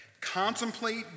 Contemplate